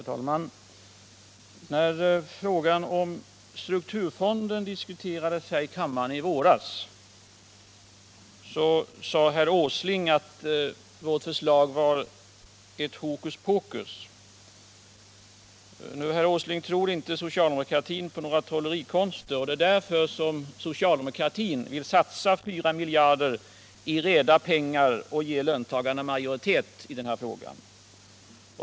Herr talman! När frågan om strukturfonden diskuterades här i kammaren i våras sade herr Åsling att vårt förslag var ett hokuspokus. Nu tror inte socialdemokratin, herr Åsling, på några trollerikonster och därför vill socialdemokratin satsa 4 miljarder kronor i reda pengar och ge löntagarna majoritet i den här frågan.